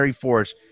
Force